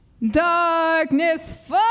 Darkness